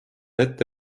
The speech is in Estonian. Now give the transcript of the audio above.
ette